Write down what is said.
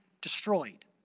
destroyed